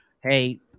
Hey